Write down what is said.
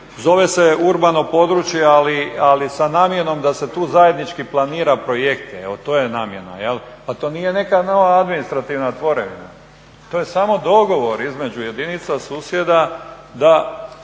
zove se urbano područje ali sa namjenom da se tu zajednički planira projekte, evo to je namjena, je li, pa to nije neka nova administrativna tvorevina. To je samo dogovor između jedinica, susjeda da